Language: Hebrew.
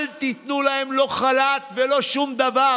אל תיתנו להם לא חל"ת ולא שום דבר,